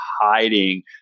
hiding